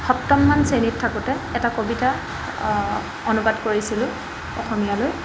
সপ্তমমান শ্ৰেণীত থাকোঁতে এটা কবিতা অনুবাদ কৰিছিলোঁ অসমীয়ালৈ